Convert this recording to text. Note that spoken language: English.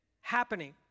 happening